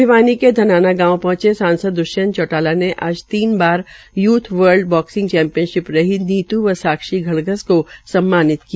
भिवानी के धनाना गांव पहुंचे सांसद द्वंयंत चौटाला ने आज तीन बार यूथ वर्ल्ड बाकसिंग चैम्पियन रही नीतू व साक्षी धण्धस को सम्मानित किया